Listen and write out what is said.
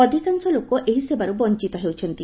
ଅଧିକାଂଶ ଲୋକ ଏହି ସେବାରୁ ବଞ୍ଚିତ ହେଉଛନ୍ତି